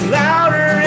louder